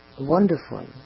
wonderful